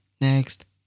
Next